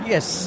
Yes